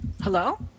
hello